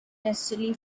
necessarily